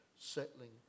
settling